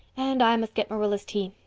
and i must get marilla's tea.